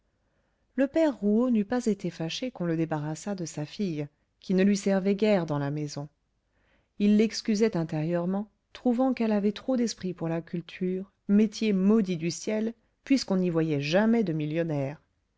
le père rouault n'eût pas été fâché qu'on le débarrassât de sa fille qui ne lui servait guère dans sa maison il l'excusait intérieurement trouvant qu'elle avait trop d'esprit pour la culture métier maudit du ciel puisqu'on n'y voyait jamais de millionnaire